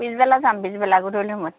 পিছবেলা যাম পিছবেলা গধূলি সময়ত